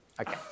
Okay